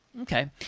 Okay